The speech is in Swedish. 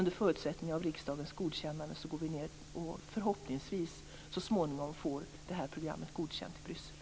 Under förutsättning att vi har riksdagens godkännande åker vi till Bryssel och får förhoppningsvis det här programmet godkänt så småningom.